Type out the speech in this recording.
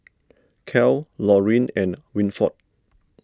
Cal Lorin and Winford